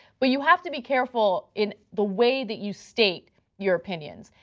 but you have to be careful in the way that you state your opinions.